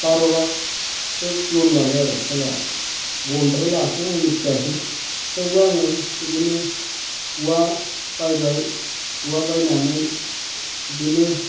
बार' लाखसो लन लाबाय आरो फिसालाया बबेनिफ्राय लाखो आं मिथियासै थेवबो आङो बिदिनो औवा बायबाय औवा बायनानै बिदिनो